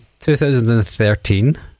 2013